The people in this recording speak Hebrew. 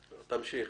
תמשיך,